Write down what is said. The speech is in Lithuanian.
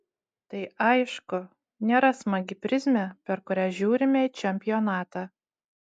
tai aišku nėra smagi prizmė per kurią žiūrime į čempionatą